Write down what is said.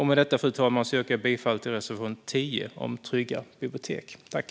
Med detta, fru talman, yrkar jag bifall till reservation 10 om trygga bibliotek.